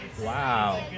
wow